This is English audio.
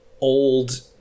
old